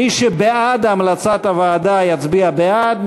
מי שבעד המלצת הוועדה יצביע בעד,